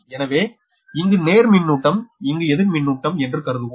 எனவே இங்கு நேர் மின்னூட்டம் இங்கு எதிர் மின்னூட்டம் என்று கருதுவோம்